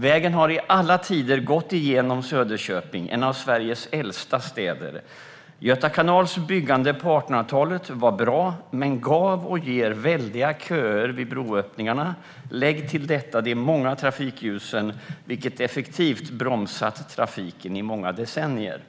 Vägen har i alla tider gått igenom Söderköping, en av Sveriges äldsta städer. Bygget av Göta kanal på 1800-talet var bra men gav och ger väldiga köer vid broöppningarna. Lägg till detta de många trafikljusen, vilket effektivt bromsat trafiken i många decennier.